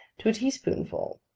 to a teaspoonful.